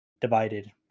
divided